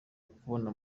kubona